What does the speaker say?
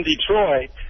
Detroit